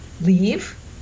leave